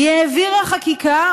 היא העבירה חקיקה,